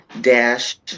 dash